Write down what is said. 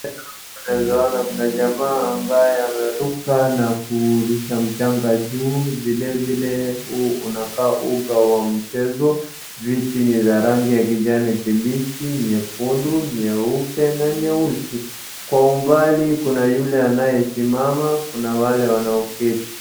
Mbele yangu naweza kuna jamaa ambaye ameruka na kurusha mchanga juu, vile vile huu unakaa uga wa michezo, viti ni ya rangi ya kijani kibichi, nyekundu, nyeupe na nyeusi. Kwa umbali kuna yule anayesimama, kuna wale wanaoketi.